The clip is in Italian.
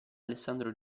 alessandro